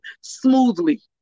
Smoothly